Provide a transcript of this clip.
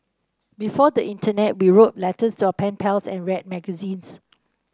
before the Internet we wrote letters to our pen pals and read magazines